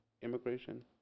Immigration